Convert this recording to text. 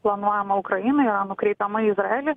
planuojama ukrainai yra nukreipiama į izraelį